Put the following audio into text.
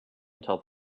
until